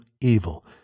evil